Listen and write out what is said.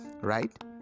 right